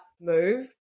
move